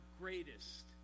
greatest